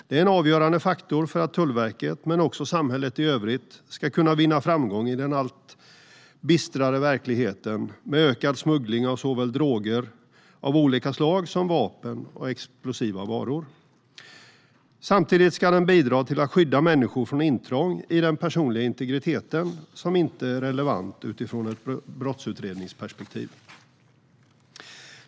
Det är en avgörande faktor för att Tullverket men också samhället i övrigt ska kunna vinna framgång i den allt bistrare verkligheten med ökad smuggling av såväl droger av olika slag som vapen och explosiva varor. Samtidigt ska den bidra till att skydda människor från intrång i den personliga integriteten som inte är relevanta utifrån ett brottsutredningsperspektiv.